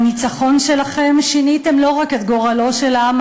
בניצחון שלכם שיניתם לא רק את גורלו של העם